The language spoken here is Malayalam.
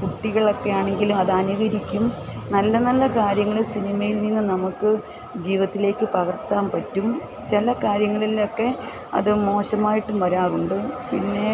കുട്ടികളൊക്കെയാണെങ്കിൽ അത് അനുകരിക്കും നല്ലനല്ല കാര്യങ്ങൾ സിനിമയിൽനിന്ന് നമുക്ക് ജീവത്തിലേക്ക് പകർത്താൻ പറ്റും ചില കാര്യങ്ങളിലൊക്കെ അത് മോശമായിട്ടും വരാറുണ്ട് പിന്നെ